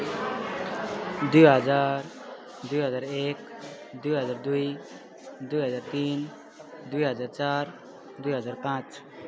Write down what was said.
दुई हजार दुई हजार एक दुई हजार दुई दुई हजार तिन दुई हजार चार दुई हजार पाँच